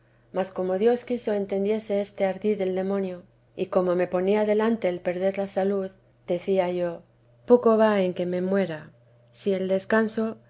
mas como quiso dios entendiese este ardid del demonio y como me ponía delante el perder la salud decía yo poco va en que me muera sí el descanso no